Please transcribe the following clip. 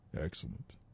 Excellent